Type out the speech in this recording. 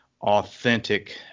Authentic